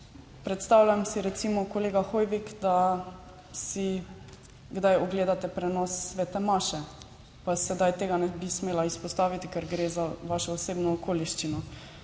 Predstavljam si recimo, kolega Hoivik, da si kdaj ogledate prenos svete maše, pa sedaj tega ne bi smela izpostaviti, ker gre za vašo osebno okoliščino.